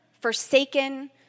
forsaken